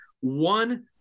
one